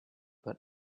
but